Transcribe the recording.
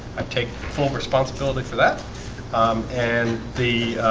i take full responsibility for that and the